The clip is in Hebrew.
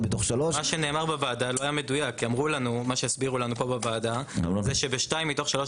מתוך 3. מה שהסבירו לנו פה בוועדה שב-2 מתוך 3